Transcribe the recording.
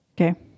Okay